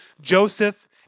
Joseph